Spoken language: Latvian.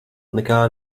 nekā